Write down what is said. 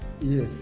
yes